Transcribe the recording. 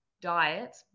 diet